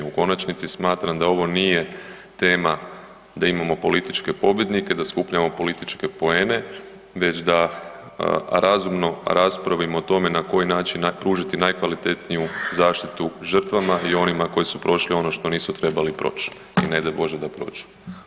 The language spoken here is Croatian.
U konačnici smatram da ovo nije tema da imamo političke pobjednike, da skupljamo političke poene već da razumno raspravimo o tome na koji način pružiti najkvalitetniju zaštitu žrtvama i onima koji su prošli ono što nosi trebali proći i ne daj bože, da prođu.